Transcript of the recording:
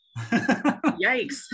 Yikes